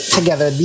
together